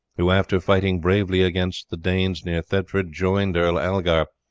who, after fighting bravely against the danes near thetford, joined earl algar,